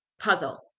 puzzle